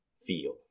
feel